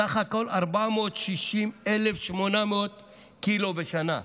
בסך הכול 460,800 ק"ג בשנה,